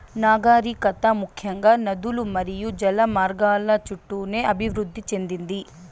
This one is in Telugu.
నాగరికత ముఖ్యంగా నదులు మరియు జల మార్గాల చుట్టూనే అభివృద్ది చెందింది